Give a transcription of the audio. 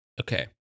Okay